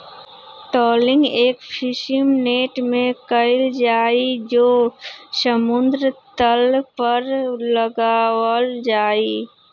trawling एक fishing net से कइल जाहई जो समुद्र तल पर लगावल जाहई